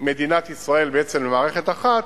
מדינת ישראל למערכת אחת,